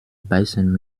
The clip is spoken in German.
beißen